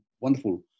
wonderful